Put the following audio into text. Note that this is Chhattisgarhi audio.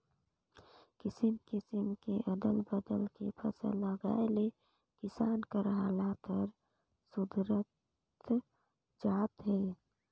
किसम किसम के अदल बदल के फसल उगाए ले किसान कर हालात हर सुधरता जात हे